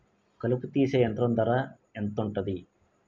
కలుపు తీసే యంత్రం ధర ఎంతుటది?